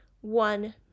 one